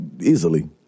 easily